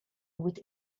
with